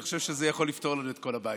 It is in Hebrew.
אני חושב שזה יכול לפתור לנו את כל הבעיות.